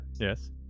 Yes